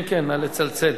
כן כן, נא לצלצל.